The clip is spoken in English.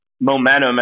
momentum